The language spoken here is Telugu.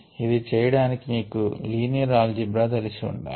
ఇది చేయడానికి మీకు లీనియర్ ఆల్జీబ్రా తెలిసి ఉండాలి